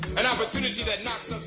an opportunity that knocks up